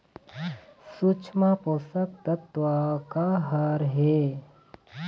सूक्ष्म पोषक तत्व का हर हे?